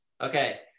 Okay